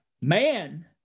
man